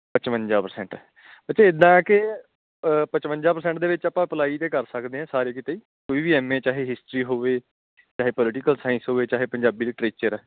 ਪਚਵੰਜਾ ਪ੍ਰਸੈਂਟ ਅੱਛਾ ਇੱਦਾਂ ਕਿ ਪਚਵੰਜਾ ਪ੍ਰਸੈਂਟ ਦੇ ਵਿੱਚ ਆਪਾਂ ਅਪਲਾਈ ਤਾਂ ਕਰ ਸਕਦੇ ਹਾਂ ਸਾਰੇ ਕਿਤੇ ਕੋਈ ਵੀ ਐੱਮਏ ਚਾਹੇ ਹਿਸਟਰੀ ਹੋਵੇ ਚਾਹੇ ਪੋਲੀਟਿਕਲ ਸਾਇੰਸ ਹੋਵੇ ਚਾਹੇ ਪੰਜਾਬੀ ਲਿਟਰੇਚਰ ਹੈ